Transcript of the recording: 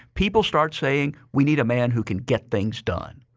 people start saying, we need a man who can get things done,